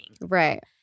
Right